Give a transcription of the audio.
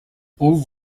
all